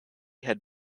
head